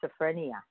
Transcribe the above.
schizophrenia